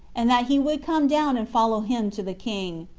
and that he would come down and follow him to the king.